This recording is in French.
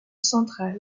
central